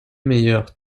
meilleures